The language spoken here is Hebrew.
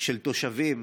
של תושבים,